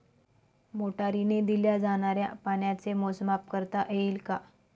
मोटरीने दिल्या जाणाऱ्या पाण्याचे मोजमाप करता येईल का?